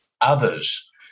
others